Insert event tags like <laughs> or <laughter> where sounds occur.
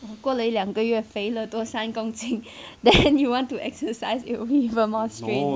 过了两个月肥多三公斤 <laughs> then you want to exercise it'll be even more strain